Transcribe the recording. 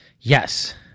Yes